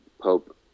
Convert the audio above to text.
Pope